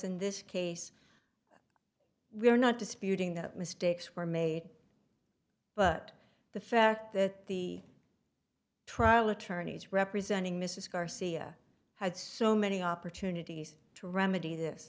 in this case we are not disputing that mistakes were made but the fact that the trial attorneys representing mrs garcia had so many opportunities to remedy this